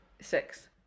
Six